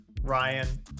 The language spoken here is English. Ryan